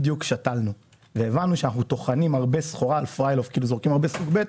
בדיוק שתלנו והבנו שאנחנו זורקים הרבה סוג ב',